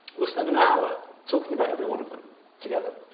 we'll spend an hour talking about every one of them together.